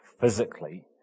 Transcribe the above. physically